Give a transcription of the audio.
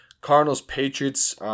Cardinals-Patriots